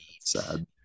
sad